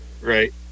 Right